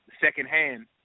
secondhand